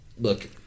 look